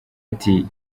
ati